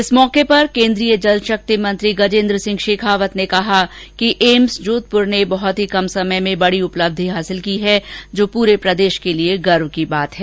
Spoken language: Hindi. इस मौके पर केन्द्रीय जल शक्ति मंत्री गजेन्द्र सिंह शेखावत ने कहा कि एम्स जोधपुर में बहुत कम समय में बडी उपलब्धि हासिल की है जो पूरे प्रदेश के लिए गर्व की बात है